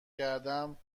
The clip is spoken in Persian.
کردم